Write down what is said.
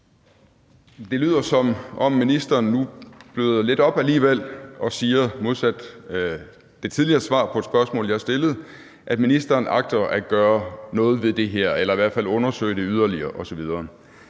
Det lyder, som om ministeren nu alligevel bløder lidt op og siger – modsat i et tidligere svar på et spørgsmål, jeg stillede – at ministeren agter at gøre noget ved det her eller i hvert fald vil undersøge det yderligere osv.